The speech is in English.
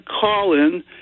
call-in